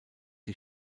die